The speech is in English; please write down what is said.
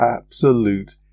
absolute